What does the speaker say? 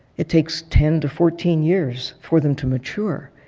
it takes ten to fourteen years for them to mature.